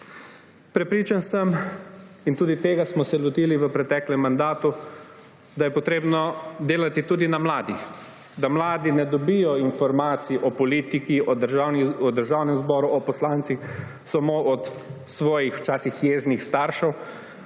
Prepričan sem – in tudi tega smo se lotili v preteklem mandatu – da je potrebno delati tudi na mladih, da mladi ne dobijo informacij o politiki, o Državnem zboru, o poslancih samo od svojih, včasih jeznih staršev,